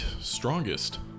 strongest